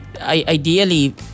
ideally